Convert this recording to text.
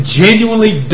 genuinely